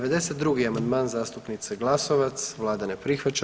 92. amandman zastupnice Glasova, vlada ne prihvaća.